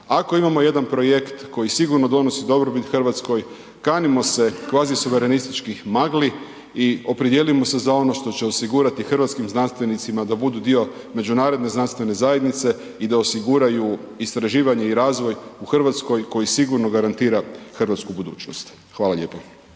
Ako imamo jedan projekt koji sigurno donosi dobrobit Hrvatskoj, kanimo se kvazisuverenističkih magli i opredijelimo se za ono što će osigurati hrvatskim znanstvenicima da budu dio međunarodne znanstvene zajednice i da osiguraju istraživanje i razvoj u Hrvatskoj koji sigurno garantira hrvatsku budućnost. Hvala lijepo.